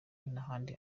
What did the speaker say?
n’ahandi